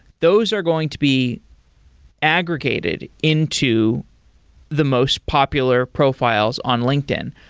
those are going to be aggregated into the most popular profiles on linkedin.